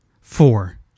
Four